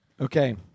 Okay